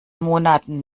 monaten